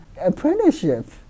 apprenticeship